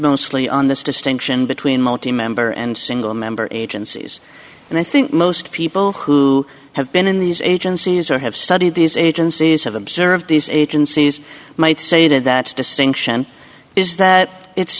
mostly on this distinction between multi member and single member agencies and i think most people who have been in these agencies or have studied these agencies have observed these agencies might say that distinction is that it's